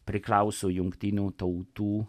priklauso jungtinių tautų